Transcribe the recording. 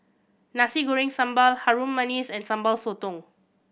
Nasi Goreng Sambal Harum Manis and Sambal Sotong